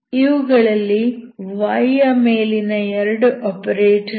ಇವುಗಳು y ಯ ಮೇಲಿನ 2 ಆಪರೇಟರ್ ಗಳು